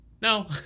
No